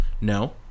no